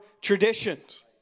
traditions